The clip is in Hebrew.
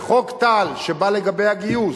וחוק טל, שבא לגבי הגיוס,